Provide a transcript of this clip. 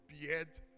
behead